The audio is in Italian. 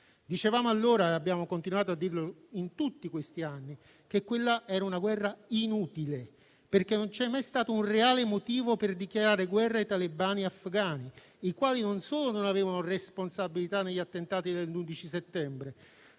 Dicevamo allora - e abbiamo continuato a dirlo in tutti questi anni - che quella era una guerra inutile perché non c'è mai stato un reale motivo per dichiarare guerra ai talebani afghani, i quali non solo non avevano responsabilità negli attentati dell'11 settembre